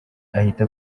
ahita